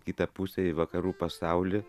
kitą pusę į vakarų pasaulį